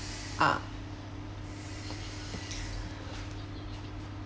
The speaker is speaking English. ah